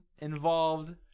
involved